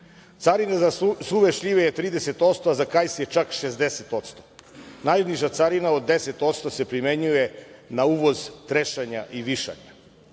Carina za suve šljive je 30%, za kajsije čak 60%. Najniža carina od 10% se primenjuje na uvoz trešanja i višanja.